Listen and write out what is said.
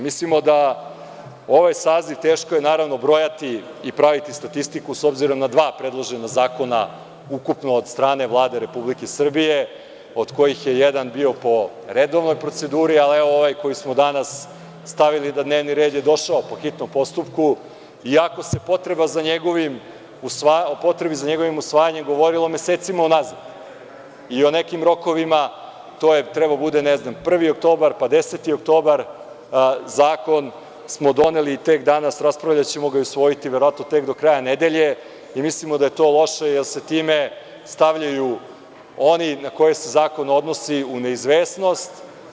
Mislimo da ovaj saziv, teško je naravno brojati i praviti statistiku, s obzirom na dva predložena zakona ukupno od strane Vlade Republike Srbije, od kojih je jedan bio po redovnoj proceduri, ali evo ovaj koji smo danas stavili na dnevni red je došao po hitnom postupku i ako se o potrebi za njegovim usvajanjem govorilo mesecima unazad i o nekim rokovima, to je trebao da bude, ne znam, 1. oktobar, pa 10. oktobar, zakon smo doneli tek danas, raspravljaćemo ga, usvojiti tek do kraja nedelje i mislimo da je to loše, jer se time stavljaju oni na koje se zakon odnosi u neizvesnost.